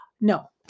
No